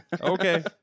okay